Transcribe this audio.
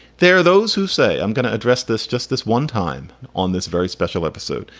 there are those who say, i'm going to address this just this one time on this very special episode.